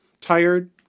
tired